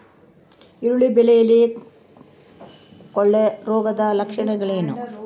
ಈರುಳ್ಳಿ ಬೆಳೆಯಲ್ಲಿ ಕೊಳೆರೋಗದ ಲಕ್ಷಣಗಳೇನು?